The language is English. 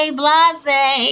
blase